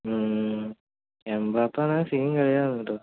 എംബാപ്പെയാണേലും scene കളിയാണ് കേട്ടോ